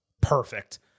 perfect